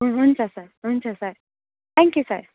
हुन्छ सर हुन्छ sir thank you sir